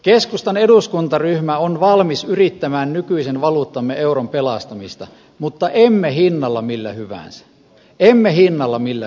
keskustan eduskuntaryhmä on valmis yrittämään nykyisen valuuttamme euron pelastamista mutta emme hinnalla millä hyvänsä emme hinnalla millä hyvänsä